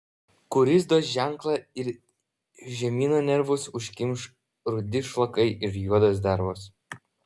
kuris duos ženklą ir žemyno nervus užkimš rudi šlakai ir juodos dervos